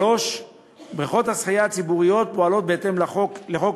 בריכות השחייה הציבוריות פועלות בהתאם לחוק